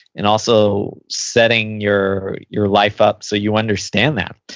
and also setting your your life up so you understand that.